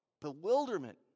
bewilderment